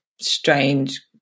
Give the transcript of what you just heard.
strange